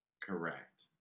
Correct